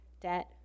debt